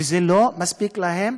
וזה לא מספיק להם.